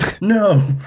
no